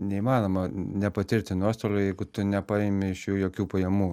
neįmanoma nepatirti nuostolio jeigu tu nepaimi iš jų jokių pajamų